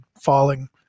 falling